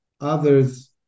others